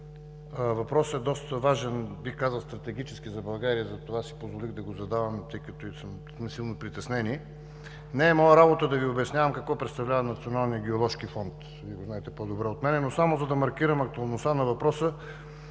Въпросът е доста важен и бих казал стратегически за България. Затова си позволих да го задавам, тъй като сме силно притеснени. Не е моя работа да Ви обяснявам какво представлява Националният геоложки фонд, Вие го знаете по-добре от мен, но само за да маркирам актуалността на въпроса,